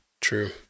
True